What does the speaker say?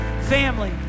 family